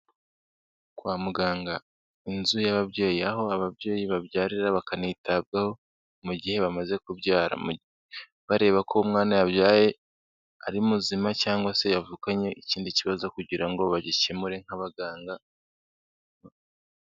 Kwa muganga, inzu y'ababyeyi aho ababyeyi babyarira bakanitabwaho mu gihe bamaze kubyara bareba ko umwana yabyaye ari muzima cyangwa se yavukanye ikindi kibazo kugira ngo bagikemure nk'abaganga.